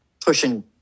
pushing